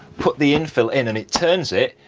put the infill in and it turns it,